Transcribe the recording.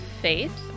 faith